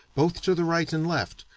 both to the right and left,